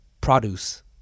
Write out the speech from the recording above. produce